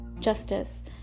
justice